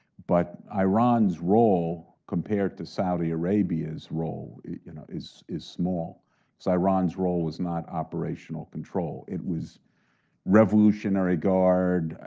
but iran's role compared to saudi arabia's role you know is is small, because so iran's role was not operational control. it was revolutionary guard,